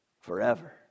forever